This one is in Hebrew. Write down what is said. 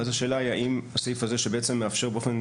ואז השאלה היא האם הסעיף הזה שבעצם מאפשר באופן